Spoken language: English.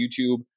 YouTube